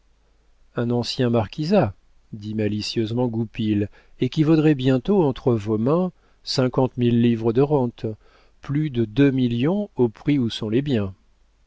un ancien marquisat dit malicieusement goupil et qui vaudrait bientôt entre vos mains cinquante mille livres de rente plus de deux millions au prix où sont les biens